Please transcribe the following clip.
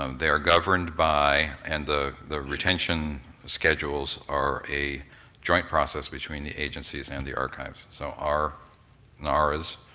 um they are governed by and the the retention schedules are a joint process between the agencies and the archives. so, our nars,